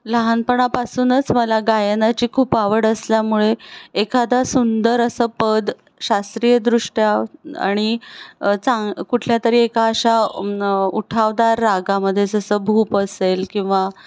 लहानपणापासूनच मला गायनाची खूप आवड असल्यामुळे एखादा सुंदर असं पद शास्त्रीयदृष्ट्या आणि चांग कुठल्या तरी एका अशा उठावदार रागामध्ये जसं भूप असेल किंवा